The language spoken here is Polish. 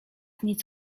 nic